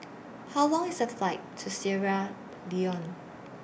How Long IS The Flight to Sierra Leone